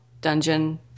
dungeon